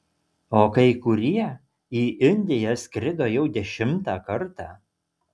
o kai kurie į indiją skrido jau dešimtą kartą